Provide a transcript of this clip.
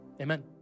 Amen